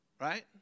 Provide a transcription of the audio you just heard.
Right